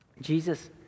Jesus